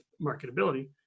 marketability